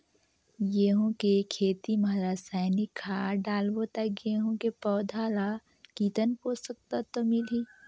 गंहू के खेती मां रसायनिक खाद डालबो ता गंहू के पौधा ला कितन पोषक तत्व मिलही?